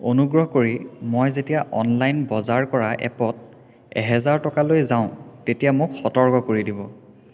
অনুগ্ৰহ কৰি মই যেতিয়া অনলাইন বজাৰ কৰা এপত এহেজাৰ টকা লৈ যাওঁ তেতিয়া মোক সতৰ্ক কৰি দিব